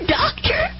doctor